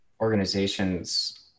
organizations